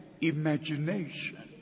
imagination